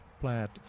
plant